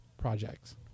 projects